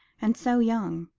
and so young.